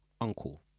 uncle